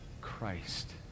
Christ